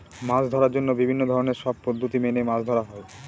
মাছ ধরার জন্য বিভিন্ন ধরনের সব পদ্ধতি মেনে মাছ ধরা হয়